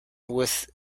with